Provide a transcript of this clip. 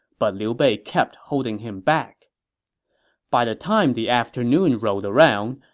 but liu bei kept holding him back by the time the afternoon rolled around,